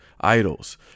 idols